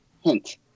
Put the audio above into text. Hint